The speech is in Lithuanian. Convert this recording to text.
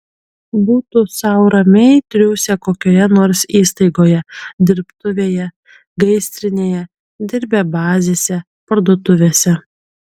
būtų sau ramiai triūsę kokioje nors įstaigoje dirbtuvėje gaisrinėje dirbę bazėse parduotuvėse